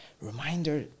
Reminder